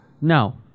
No